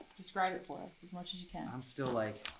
describe it for us, as much as you can. i'm still like.